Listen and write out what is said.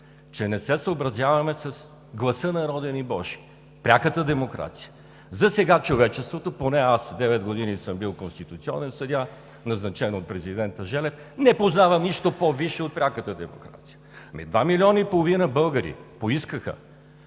че не се съобразяваме с гласа народен и божи – пряката демокрация. Засега човечеството, поне аз девет години съм бил конституционен съдия, назначен от президента Желев, не познава нищо по-висше от пряката демокрация. Ами два милиона и половина българи поискаха